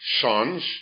sons